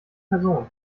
person